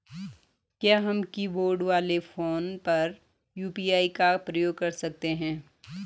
क्या हम कीबोर्ड वाले फोन पर यु.पी.आई का प्रयोग कर सकते हैं?